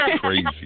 crazy